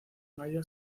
mayo